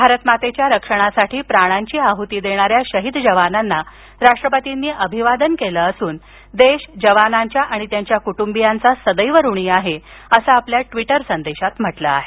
भारतमातेच्या रक्षणासाठी प्राणांची आहुती देणाऱ्या शहीद जवानांना राष्ट्रपतींनी अभिवादन केलं असून देश जवानांच्या आणि त्यांच्या कुटुंबीयांचा सदैव ऋणी आहे असं आपल्या ट्विटर संदेशात म्हटलं आहे